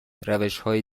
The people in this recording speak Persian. روشهای